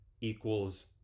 equals